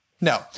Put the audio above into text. No